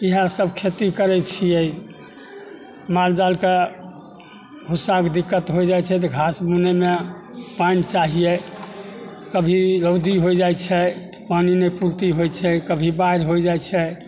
इहए सब खेती करैत छियै मालजालके भुस्साके दिक्कत हो जाइत छै तऽ घास नानैमे पानि चाहिए कभी रौदी हो जाइत छै पानि नहि पूर्ति होइत छै कभी बाढ़ि होइ जाइत छै